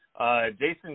Jason